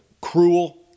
Cruel